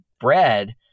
bread